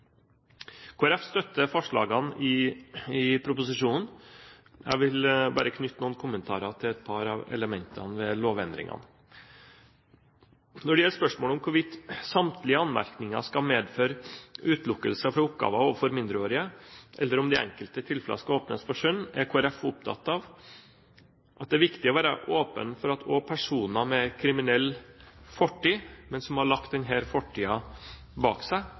Folkeparti støtter forslagene i proposisjonen. Jeg vil bare knytte noen kommentarer til et par av elementene ved lovendringene. Når det gjelder spørsmålet om hvorvidt samtlige anmerkninger skal medføre utelukkelse fra oppgaver overfor mindreårige, eller om det i enkelte tilfeller skal åpnes for skjønn, er Kristelig Folkeparti opptatt av at det er viktig å være åpen for at også personer med en kriminell fortid, men som har lagt denne fortiden bak seg,